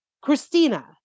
Christina